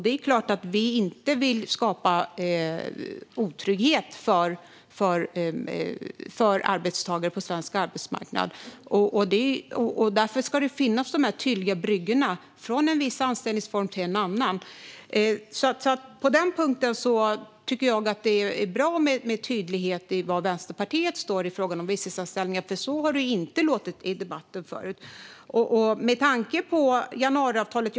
Det är klart att vi inte vill skapa otrygghet för arbetstagare på svensk arbetsmarknad. Därför ska dessa tydliga bryggor finnas från en viss anställningsform till en annan. Jag tycker att det är bra med Vänsterpartiets tydlighet i var man står i frågan om visstidsanställningar, för så har det inte varit i debatten i förut.